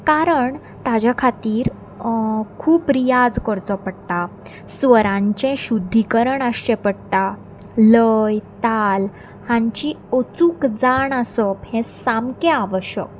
कारण ताच्या खातीर खूब रियाज करचो पडटा स्वरांचें शुद्धीकरण आसचें पडटा लय ताल हांची अचूक जाण आसप हें सामकें आवश्यक